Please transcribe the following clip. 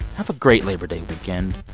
have a great labor day weekend.